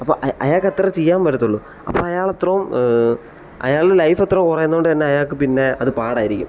അപ്പോൾ അയാൾക്ക് അത്രയുമേ ചെയ്യാൻ പറ്റത്തൊള്ളൂ അപ്പോൾ അയാൾ അത്രോം അയാളുടെ ലൈഫ് അത്രയും കുറയുന്നത് കൊണ്ട് തന്നെ അയാൾക്ക് പിന്നെ അത് പാടായിരിക്കും